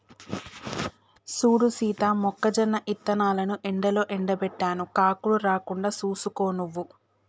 సూడు సీత మొక్కజొన్న ఇత్తనాలను ఎండలో ఎండబెట్టాను కాకులు రాకుండా సూసుకో నువ్వు